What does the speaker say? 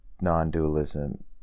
non-dualism